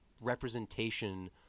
representation